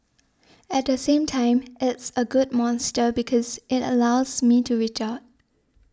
at the same time it's a good monster because it allows me to reach out